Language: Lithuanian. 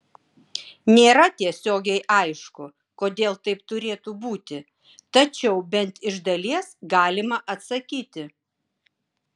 nėra tiesiogiai aišku kodėl taip turėtų būti tačiau bent iš dalies galima atsakyti